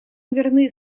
верны